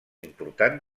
important